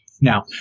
Now